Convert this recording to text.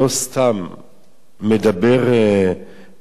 מדבר מתוך איזו שמועה.